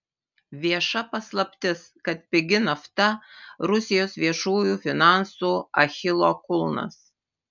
vieša paslaptis kad pigi nafta rusijos viešųjų finansų achilo kulnas